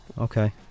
Okay